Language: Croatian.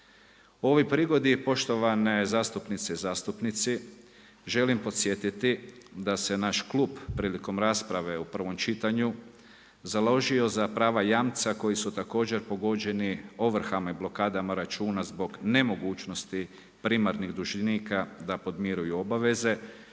ovoj prigodi poštovane zastupnice i zastupnici, želim podsjetiti da se naš klub prilikom rasprave u prvom čitanju založio za prava jamca koji su također pogođeni ovrhama i blokadama računa zbog nemogućnosti primarnih dužnika da podmiruju obveze.